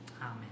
Amen